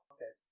Okay